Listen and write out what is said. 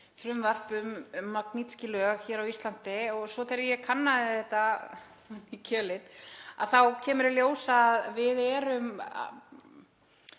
frumvarp um Magnitsky-lög hér á Íslandi. Þegar ég kannaði þetta ofan í kjölinn þá kemur í ljós að við erum